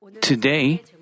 Today